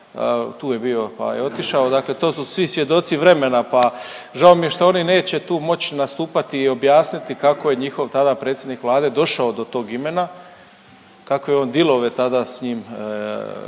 tu je bio pa je otišao, dakle to su svi svjedoci vremena pa žao mi je što oni neće tu moć nastupati i objasniti kako je njihov tada predsjednik Vlade došao do tog imena, kakve je on dilove tada s njim